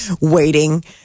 Waiting